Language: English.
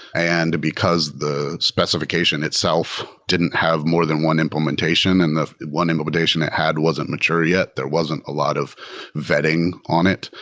and because the specification itself didn't have more than one implementation, and the one implementation it had wasn't mature yet. there wasn't a lot of vetting on it.